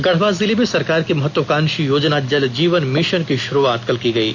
गढ़वा जिले में सरकार की महत्वाकांक्षी योजना जल जीवन मिशन की शुरुआत कल की गयी